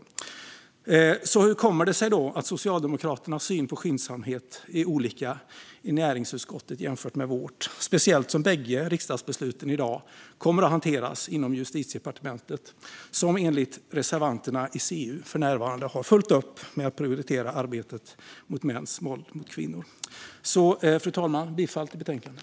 Verkställighet av för-valtningsmyndigheters beslut om återkrav Hur kommer det sig alltså att Socialdemokraternas syn på skyndsamhet är olika i näringsutskottet och i vårt utskott? Bägge riksdagsbesluten i dag kommer ju också att hanteras inom Justitiedepartementet, som enligt reservanterna i CU för närvarande har fullt upp med att prioritera arbetet mot mäns våld mot kvinnor. Fru talman! Jag yrkar bifall till utskottets förslag i betänkandet.